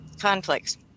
conflicts